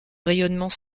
rayonnement